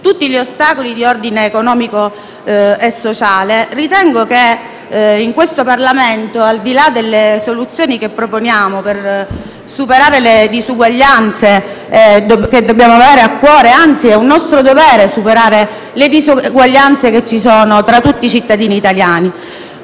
tutti gli ostacoli di ordine economico e sociale, ritengo che in questo Parlamento, al di là delle soluzioni che proponiamo, dobbiamo avere a cuore, anzi è nostro dovere superare le disuguaglianze esistenti tra tutti i cittadini italiani,